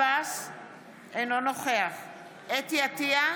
אינו נוכח חוה אתי עטייה,